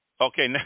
Okay